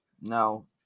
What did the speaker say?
No